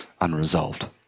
unresolved